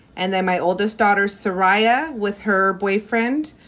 and then my oldest daughter sariah with her boyfriend.